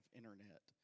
internet